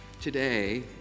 Today